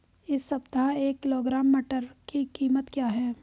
इस सप्ताह एक किलोग्राम मटर की कीमत क्या है?